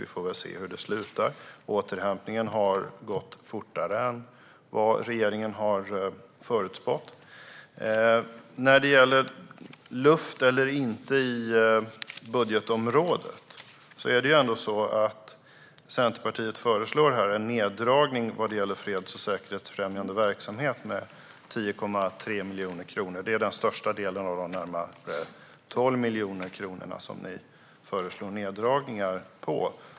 Vi får väl se hur det slutar. Återhämtningen har gått fortare än vad regeringen har förutspått. När det gäller luft eller inte i budgetområdet föreslår Centerpartiet en neddragning vad gäller freds och säkerhetsfrämjande verksamhet med 10,3 miljoner kronor. Det är största delen av de närmare 12 miljoner kronorna som ni föreslår neddragningar på.